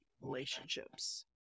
relationships